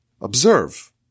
observe